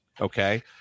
okay